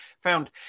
found